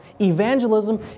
Evangelism